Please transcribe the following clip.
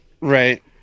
right